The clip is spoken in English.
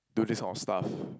do this kind of stuff